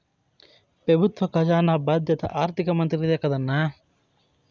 పెబుత్వ కజానా బాధ్యత ఆర్థిక మంత్రిదే కదన్నా